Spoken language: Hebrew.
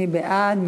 מי בעד?